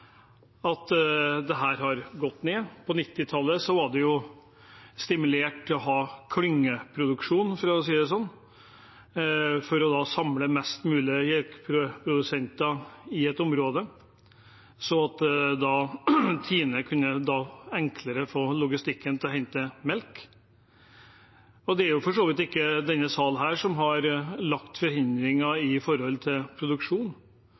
har dette gått ned. På 1990-tallet var det stimulert til klyngeproduksjon, for å si det sånn, for å samle geiteprodusenter mest mulig i ett område, for å gjøre logistikken enklere for TINE når de skulle hente melk. Det er for så vidt ikke denne salen som har lagt